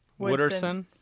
wooderson